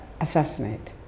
assassinate